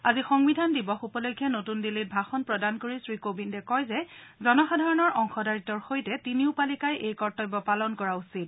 আজি সংবিধান দিৱস উপলক্ষে নতুন দিল্লীত ভাষণ প্ৰদান কৰি শ্ৰীকোবিন্দে কয় যে জনসাধাৰণৰ অংশদাৰিত্বৰ সৈতে তিনিও পালিকাই এই কৰ্তব্য পালন কৰা উচিত